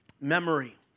Memory